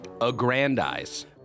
Aggrandize